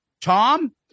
Tom